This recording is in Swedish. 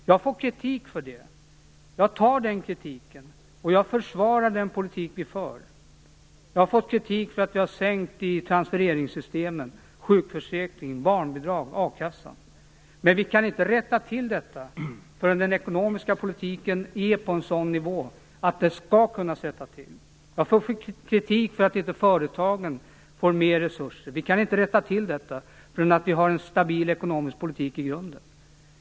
Jag har fått kritik för det, men jag tar den kritiken, och jag försvarar den politik vi för. Jag har fått kritik för att vi har sänkt ersättningsnivån i transfereringssystemen: sjukförsäkringen, barnbidrag och a-kassan. Men vi kan inte rätta till detta förrän den ekonomiska politiken är på en sådan nivå att det skall kunna rättas till. Jag får kritik för att inte företagen får mer resurser. Vi kan inte rätta till detta förrän vi har en stabil ekonomisk politik i grunden.